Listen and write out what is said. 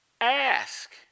Ask